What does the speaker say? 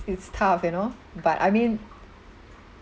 it's tough you know but I mean